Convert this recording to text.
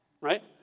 Right